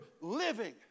living